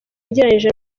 ugereranyije